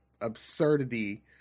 absurdity